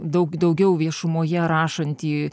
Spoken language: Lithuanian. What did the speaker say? daug daugiau viešumoje rašantį